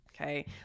Okay